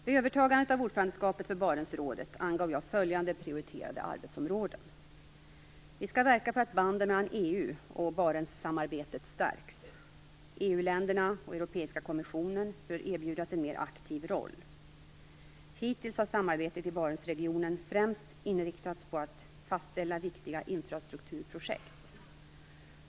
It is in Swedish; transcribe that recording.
Vid övertagandet av ordförandeskapet för Barentsrådet angav jag följande prioriterade arbetsområden: Vi skall verka för att banden mellan EU och Barentssamarbetet stärks. EU-länderna och Europeiska kommissionen bör erbjudas en mer aktiv roll. Hittills har samarbetet i Barentsregionen främst inriktats på att fastställa viktiga infrastrukturprojekt.